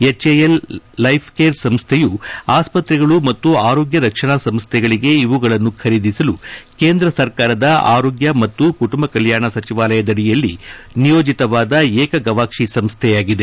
HLL life care ಸಂಸ್ಥೆಯು ಆಸ್ತ್ರೆಗಳು ಮತ್ತು ಆರೋಗ್ಡ ರಕ್ಷಣಾ ಸಂಸ್ಥೆಗಳಿಗೆ ಇವುಗಳನ್ನು ಖರೀದಿಸಲು ಕೇಂದ್ರ ಸರ್ಕಾರದ ಆರೋಗ್ಡ ಮತ್ತು ಕುಟುಂಬ ಕಲ್ನಾಣ ಸಚಿವಾಲಯದಡಿಯಲ್ಲಿ ನಿಯೋಜಿತವಾದ ಏಕ ಗವಾಕ್ಷಿ ಸಂಸ್ಥೆಯಾಗಿದೆ